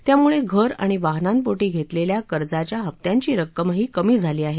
त्यामुळे घर आणि वाहनांपोटी घेतलेल्या कर्जाच्या हप्त्यांची रक्कमही कमी झाली आहे